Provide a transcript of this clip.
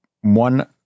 one